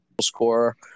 score